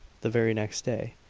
the very next day.